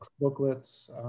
booklets